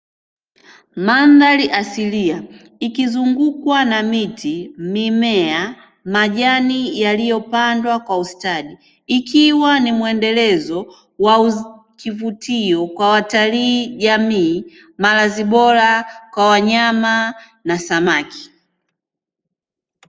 Mandhari asilia ikizungukwa na miti, mimea, majani yaliyopandwa kwa ustadi ikiwa ni muendelezo wa kivutio kwa watilii, jamii malazi bora kwa wanyama na samaki.